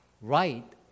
Right